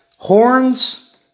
Horns